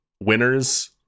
winners